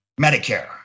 Medicare